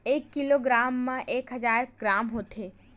एक किलोग्राम मा एक हजार ग्राम होथे